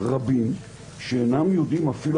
רבים שאינם יודעים אפילו,